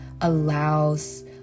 allows